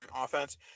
offense